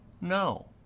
No